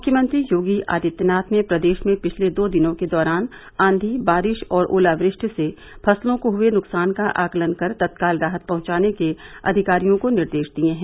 मुख्यमंत्री योगी आदित्यनाथ ने प्रदेश में पिछले दो दिनों के दौरान आंधी बारिश और ओलावृष्टि से फसलों को हर नृकसान का आकलन कर तत्काल राहत पहचाने के अधिकारियों को निर्देश दिए हैं